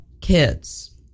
kids